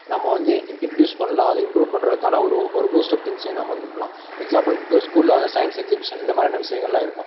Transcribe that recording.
நம்ம வந்து in introduce பண்ணலாம் அது இம்ப்ரூவ் பண்ணுறதுக்கான ஒரு ஒரு பூஸ்டர் திங்க்ஸுயுமே நம்மளுக்கு கொடுக்கலாம் எக்ஸாம்பிளுக்கு ஸ்கூலில் வந்து சயின்ஸ் எக்ஜிபிஷன் இந்த மாதிரியான விஷயங்கள்லாம் இருக்கும்